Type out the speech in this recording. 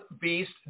beast